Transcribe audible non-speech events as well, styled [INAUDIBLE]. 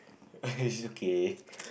[NOISE] it's okay